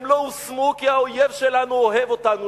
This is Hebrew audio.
הם לא הושמו כי האויב שלנו אוהב אותנו,